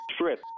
trip